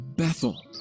Bethel